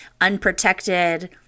unprotected